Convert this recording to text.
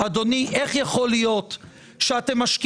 אתם לוקחים